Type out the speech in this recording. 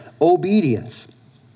obedience